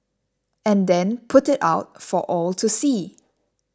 and then put it out for all to see